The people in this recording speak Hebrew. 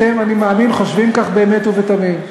אתם, אני מאמין, חושבים כך באמת ובתמים.